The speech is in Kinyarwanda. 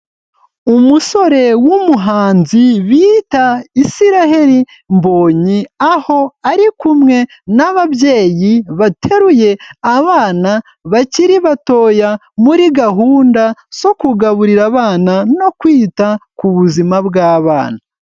Umusore w'umuhanzi bita Israel Mbonyi aho ari kumwe n'ababyeyi bateruye abana bakiri batoya muri gahunda zo kugaburira abana no kwita ku buzima bw'abana.